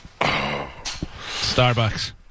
Starbucks